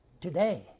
today